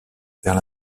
vers